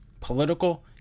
Political